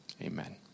Amen